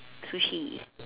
sushi